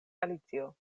alicio